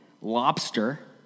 lobster